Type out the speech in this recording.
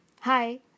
hi